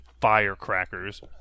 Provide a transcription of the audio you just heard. firecrackers